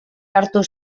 hartu